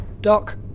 Doc